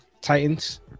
Titans